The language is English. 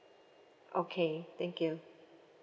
okay thank you